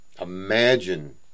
Imagine